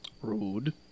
Rude